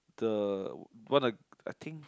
the one of I think